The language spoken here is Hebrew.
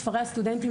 כפרי הסטודנטים,